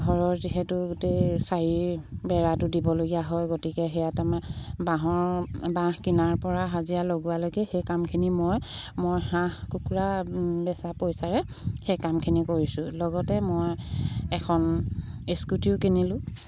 ঘৰৰ যিহেতু গোটেই চাৰি বেৰাটো দিবলগীয়া হয় গতিকে সেয়াত আমাৰ বাঁহৰ বাঁহ কিনাৰ পৰা হাজিৰা লগোৱালৈকে সেই কামখিনি মই মই হাঁহ কুকুৰা বেচা পইচাৰে সেই কামখিনি কৰিছোঁ লগতে মই এখন স্কুটিও কিনিলোঁ